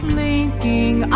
linking